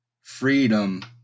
freedom